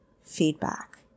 feedback